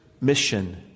mission